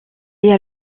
est